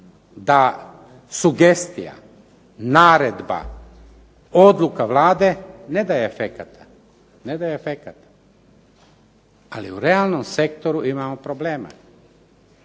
da sugestija, naredba, odluka Vlade ne daje efekata. Ali u realnom sektoru imamo problema.